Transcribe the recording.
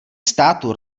státu